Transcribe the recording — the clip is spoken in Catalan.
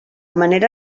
manera